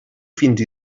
fins